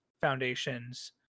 foundations